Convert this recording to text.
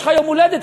יש לך יום הולדת,